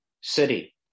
city